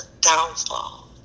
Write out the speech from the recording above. downfall